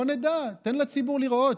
בוא נדע, תן לציבור לראות.